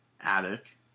attic